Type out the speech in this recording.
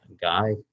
guy